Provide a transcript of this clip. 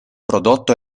prodotto